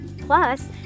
plus